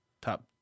Top